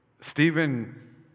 Stephen